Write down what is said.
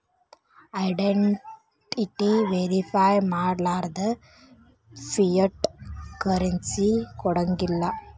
identity verify ಮಾಡ್ಲಾರ್ದ fiat currency ಕೊಡಂಗಿಲ್ಲಾ